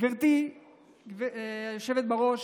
גברתי היושבת בראש,